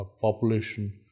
population